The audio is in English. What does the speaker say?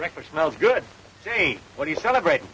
record smells good hey what do you celebrate